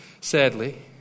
sadly